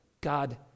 God